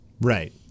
Right